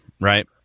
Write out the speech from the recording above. right